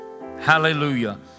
Hallelujah